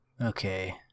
Okay